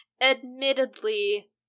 admittedly